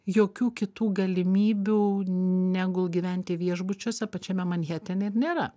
jokių kitų galimybių negul gyventi viešbučiuose pačiame manhetene ir nėra